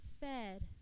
fed